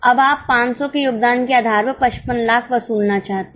अब आप 500 के योगदान के आधार पर 55 लाख वसूलना चाहते हैं